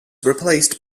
replaced